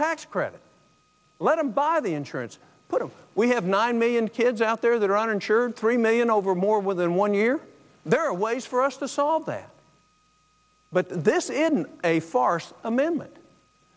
tax credit let them buy the insurance we have nine million kids out there that are uninsured three million over more within one year there are ways for us to solve that but this is a farce amendment